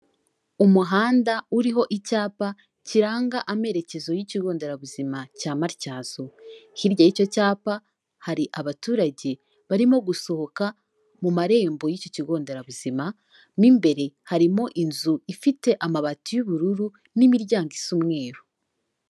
Umuhanda uriho icyapa kiranga amerekezo y'Ikigo Nderabuzima cya Matyazo. Hirya y'icyo cyapa hari abaturage barimo gusohoka mu marembo y'iki kigonderabuzima, mo imbere harimo inzu ifite amabati y'ubururu n'imiryango isa umweruru.